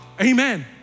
Amen